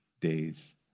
days